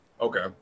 Okay